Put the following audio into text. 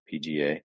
PGA